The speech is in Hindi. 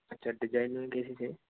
अच्छा डिजाइन में कैसी चाहिए